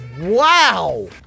wow